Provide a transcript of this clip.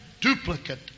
duplicate